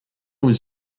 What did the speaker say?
was